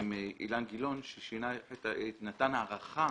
עם אילן גילאון, שנתן הארכה